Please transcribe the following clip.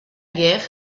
guerre